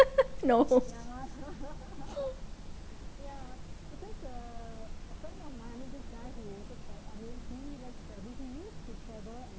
no